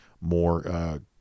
more